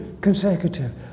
consecutive